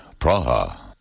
Praha